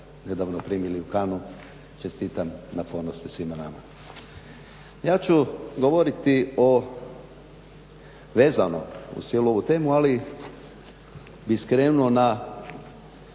Hvala i vama.